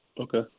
Okay